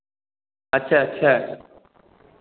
अच्छा अच्छा